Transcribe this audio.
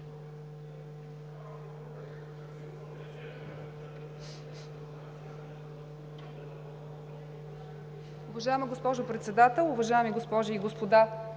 Уважаема госпожо Председател, уважаеми госпожи и господа